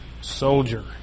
soldier